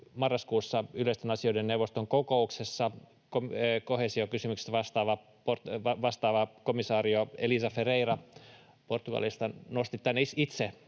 Marraskuussa yleisten asioiden neuvoston kokouksessa koheesiokysymyksistä vastaava komissaari Elisa Ferreira Portugalista nosti tämän itse,